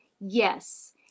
Yes